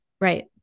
Right